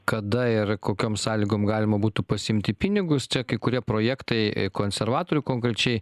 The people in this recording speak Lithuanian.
kada ir kokiom sąlygom galima būtų pasiimti pinigus čia kai kurie projektai konservatorių konkrečiai